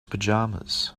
pajamas